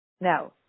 Now